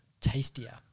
tastier